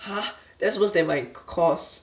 !huh! that's worse than my c~ course